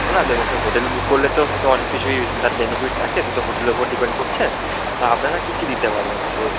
না দেখুন সে হোটেল বুক করলে তো সে তো অনেক কিছুই তার বেনিফিটস থাকে সে তো হোটেলের উপর ডিপেন্ড করছে তো আপনারা কী কী দিতে পারবেন যে